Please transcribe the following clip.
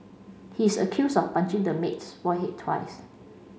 he is accused of punching the maid's forehead twice